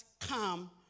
come